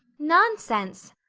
nonsense!